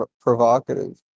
provocative